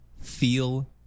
feel